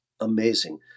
amazing